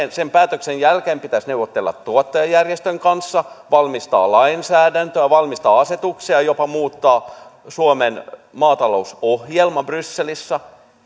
että sen päätöksen jälkeen pitäisi neuvotella tuottajajärjestön kanssa valmistaa lainsäädäntöä valmistaa asetuksia jopa muuttaa suomen maatalousohjelma brysselissä